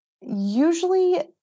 usually